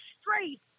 straight